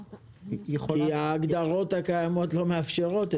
כי ההגדרות הקיימות לא מאפשרות,